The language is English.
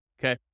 Okay